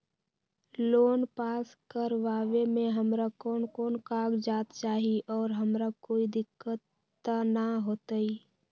Loan pass करवावे में हमरा कौन कौन कागजात चाही और हमरा कोई दिक्कत त ना होतई?